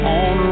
on